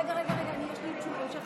רגע, רגע, קודם יש לי את המשך התשובה.